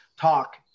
talk